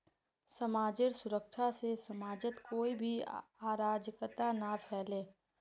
समाजेर सुरक्षा से समाजत कोई भी अराजकता ना फैले